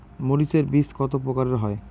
মরিচ এর বীজ কতো প্রকারের হয়?